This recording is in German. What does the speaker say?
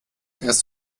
erst